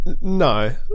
No